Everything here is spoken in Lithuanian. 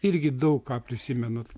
irgi daug ką prisimenat